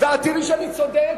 ואת תראי שאני צודק?